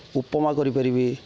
ଉପମା କରିପାରିବି